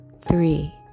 three